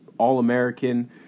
all-american